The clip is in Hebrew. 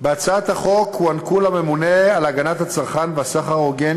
בהצעת החוק הוענקו לממונה על הגנת הצרכן והסחר ההוגן